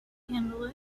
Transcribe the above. handle